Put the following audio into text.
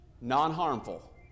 non-harmful